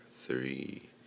three